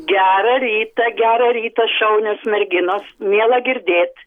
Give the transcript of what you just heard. gerą rytą gerą rytą šaunios merginos miela girdėt